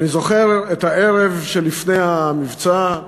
אני זוכר את הערב שלפני המבצע,